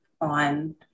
on